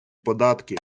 податки